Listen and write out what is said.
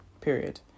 Period